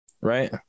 Right